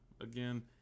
again